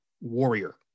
warrior